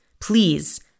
please